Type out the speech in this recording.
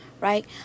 right